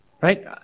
Right